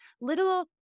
little